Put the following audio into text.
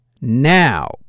Now